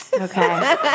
Okay